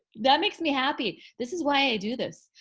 that makes me happy. this is why i do this.